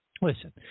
Listen